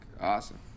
awesome